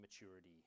maturity